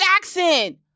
accent